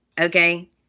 Okay